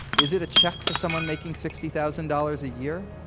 is it a check for someone making sixty thousand dollars a year,